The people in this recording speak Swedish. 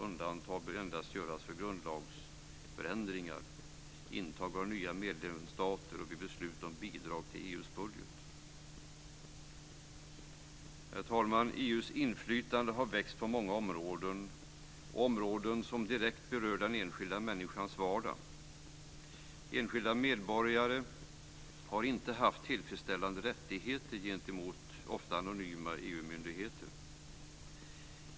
Undantag bör endast göras för grundlagsändringar, intag av nya medlemsstater och vid beslut om bidrag till EU:s budget. Herr talman! EU:s inflytande har växt på många områden. Det är områden som direkt berör den enskilda människans vardag. Enskilda medborgare har inte haft tillfredsställande rättigheter mot ofta anonyma EU-myndigheter.